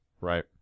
right